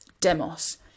Demos